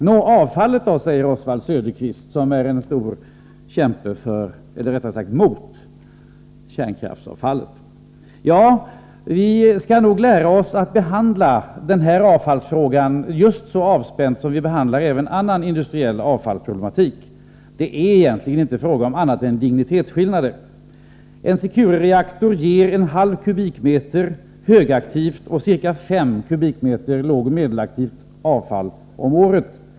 Nå, avfallet då, säger Oswald Söderqvist, som är en stor kämpe mot kärnkraftsavfallet. Vi skall nog lära oss behandla den här avfallsfrågan just så avspänt som vi behandlar annan industriell avfallsproblematik. Det är egentligen inte fråga om annat än dignitetsskillnader. En Securereaktor ger 0,5 m? högaktivt och ca 5 m? lågoch medelaktivt avfall om året.